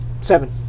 Seven